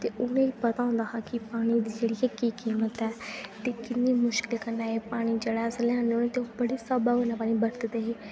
ते उ'नें गी पता होंदा हा कि पानी दी जेह्ड़ी ऐ केह् कीमत ऐ ते किन्ने मुश्कलै कन्नै एह् पानी जेह्ड़ा ऐ असें लेआने होन्ने बड़े स्हाबै कन्नै पानी बरतदे हे